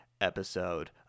episode